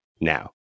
now